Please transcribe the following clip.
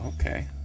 okay